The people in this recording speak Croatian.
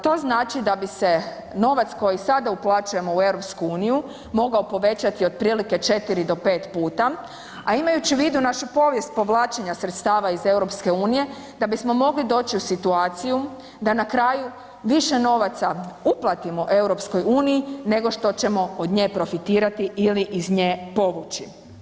To znači da bi se novac koji sada uplaćujemo u EU mogao povećati otprilike 4 do 5 puta, a imajući u vidu našu povijest povlačenja sredstava iz EU, da bismo mogli doći u situaciju da na kraju više novaca uplatimo EU nego što ćemo od nje profitirati ili iz nje povući.